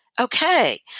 Okay